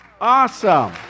Awesome